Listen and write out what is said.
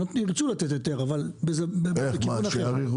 ירצו לתת היתר אבל- -- כל החלטה